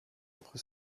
âpre